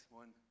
one